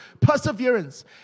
perseverance